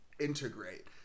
Integrate